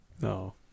No